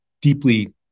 deeply